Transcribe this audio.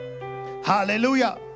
Hallelujah